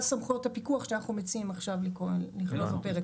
סמכויות הפיקוח שאנחנו מציעים עכשיו לכלול בפרק.